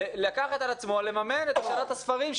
לקחת על עצמו לממן את השאלת הספרים,